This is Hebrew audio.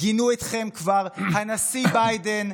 גינו אתכם כבר הנשיא ביידן,